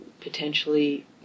potentially